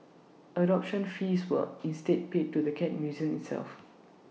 adoption fees were instead paid to the cat museum itself